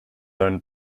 owned